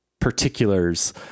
particulars